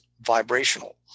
vibrational